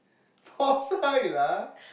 chua sai lah